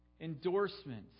endorsements